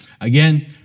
Again